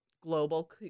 global